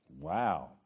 Wow